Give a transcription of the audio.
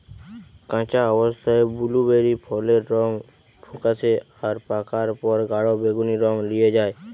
কাঁচা অবস্থায় বুলুবেরি ফলের রং ফেকাশে আর পাকার পর গাঢ় বেগুনী রং লিয়ে ল্যায়